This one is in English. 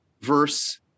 verse